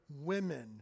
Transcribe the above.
women